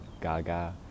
gaga